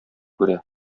күрә